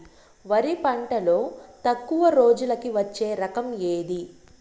వరి పంటలో తక్కువ రోజులకి వచ్చే రకం ఏది?